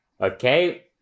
Okay